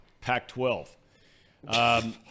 Pac-12